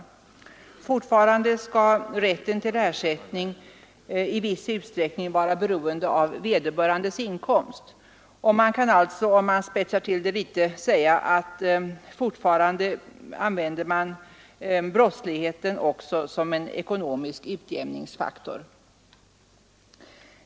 Fortfarande skall rätten till ersättning i viss utsträckning vara beroende av vederbörandes inkomst. Man kan alltså, om man vill spetsa till det litet, säga att fortfarande använder man brottsligheten också som en ekono misk utjämningsfaktor.